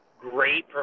great